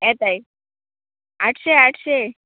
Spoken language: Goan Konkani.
येताय आठशे आठशे